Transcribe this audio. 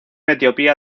etiopía